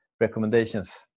recommendations